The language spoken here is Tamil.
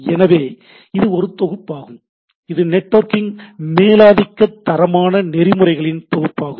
எனவே இது ஒரு தொகுப்பாகும் இது நெட்வொர்க்கிங் மேலாதிக்க தரமான நெறிமுறைகளின் தொகுப்பாகும்